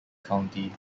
county